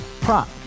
prop